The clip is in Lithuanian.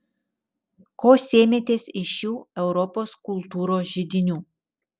ko sėmėtės iš šių europos kultūros židinių